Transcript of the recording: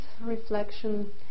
reflection